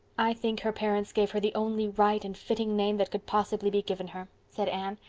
i think her parents gave her the only right and fitting name that could possibly be given her, said anne.